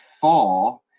four